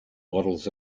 waddles